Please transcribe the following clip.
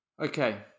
Okay